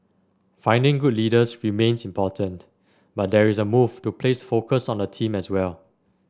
finding good leaders remains important but there is a move to place focus on the team as well